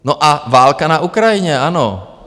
No a válka na Ukrajině, ano.